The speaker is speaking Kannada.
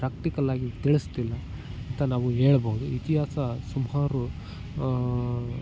ಪ್ರಾಕ್ಟಿಕಲ್ ಆಗಿ ತಿಳಿಸುತ್ತಿಲ್ಲ ಅಂತ ನಾವು ಹೇಳ್ಬೋದು ಇತಿಹಾಸ ಸುಮಾರು